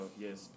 Yes